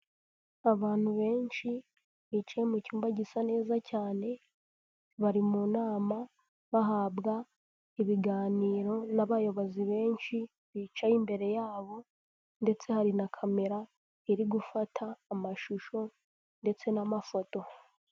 Abantu benshi bicaye mu cyumba gisa neza cyane, bari mu nama bahabwa ibiganiro n'abayobozi benshi bicaye imbere yabo ndetse hari na camera, iri gufata amashusho ndetse n'amafoto.